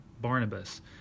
Barnabas